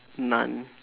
none